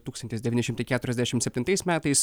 tūkstantis devyni šimtai keturiasdešim septintais metais